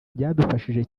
byadufashije